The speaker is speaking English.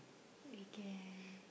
we can